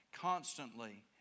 constantly